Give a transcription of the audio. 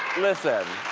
listen.